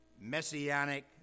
messianic